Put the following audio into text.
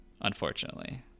unfortunately